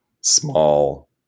small